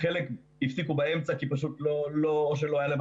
חלק הפסיקו באמצע כי פשוט או שלא היה להם